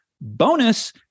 bonus